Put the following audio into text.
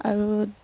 আৰু